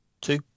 Two